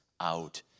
out